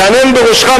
תהנהן בראשך,